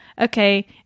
Okay